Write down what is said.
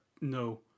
no